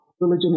Religion